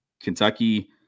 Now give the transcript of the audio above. Kentucky